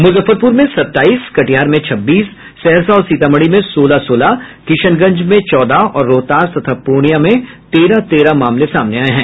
मुजफ्फरपुर में सत्ताईस कटिहार में छब्बीस सहरसा और सीतामढ़ी में सोलह सोलह किशनगंज में चौदह और रोहतास तथा पूर्णियां में तेरह तेरह मामले सामने आये हैं